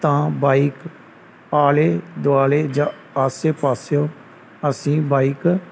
ਤਾਂ ਬਾਈਕ ਆਲੇ ਦੁਆਲੇ ਜਾਂ ਆਸੇ ਪਾਸਿਓ ਅਸੀਂ ਬਾਈਕ